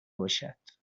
باشد